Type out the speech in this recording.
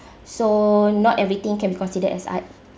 so not everything can be considered as art